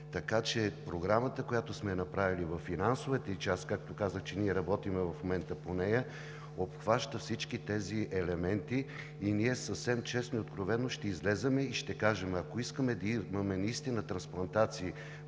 Така че програмата, която сме направили, във финансовата ѝ част, както казах, ние работим в момента по нея, обхваща всички тези елементи и ние съвсем честно и откровено ще излезем и ще кажем: ако искаме наистина да имаме трансплантации